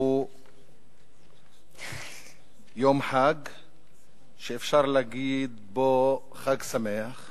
הוא יום חג שאפשר להגיד בו "חג שמח",